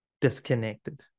disconnected